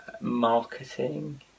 marketing